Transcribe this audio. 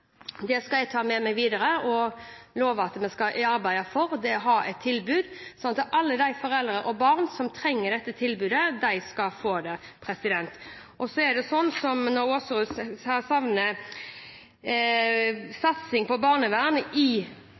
Jeg skal ta det med meg videre og love at vi skal arbeide for å ha et tilbud, sånn at alle de foreldre og barn som trenger dette tilbudet, skal få det. Når representanten Aasrud savner satsing på barnevern i